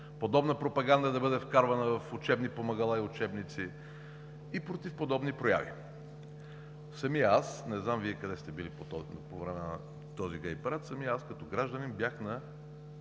подобна пропаганда да бъде вкарвана в учебни помагала и учебници и съм против подобни прояви. Не знам Вие къде сте били по време на този гей парад. Самият аз като гражданин бях на